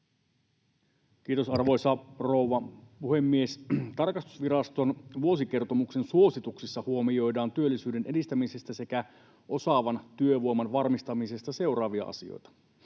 Kiitos, arvoisa rouva puhemies! Tarkastusviraston vuosikertomuksen suosituksissa huomioidaan työllisyyden edistämisestä sekä osaavan työvoiman varmistamisesta seuraavia asioita: